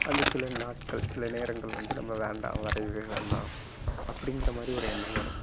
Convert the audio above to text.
அந்த சில நாட்கள் சில நேரங்கள் வந்து நம்ம வேண்டாம் வரையவே வேணாம் அப்படிங்கிற மாதிரி ஒரு எண்ணம் வரும்